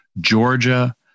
Georgia